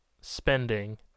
spending